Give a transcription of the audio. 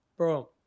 Bro